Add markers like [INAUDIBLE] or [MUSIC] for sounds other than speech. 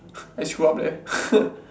I screw up there [LAUGHS]